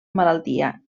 malaltia